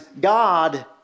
God